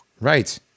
Right